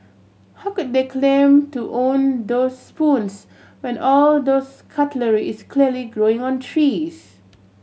how could they claim to own those spoons when all those cutlery is clearly growing on trees